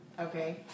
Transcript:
Okay